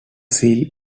seal